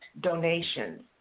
donations